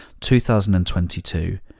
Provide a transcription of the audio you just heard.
2022